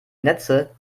netze